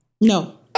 No